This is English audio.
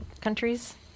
countries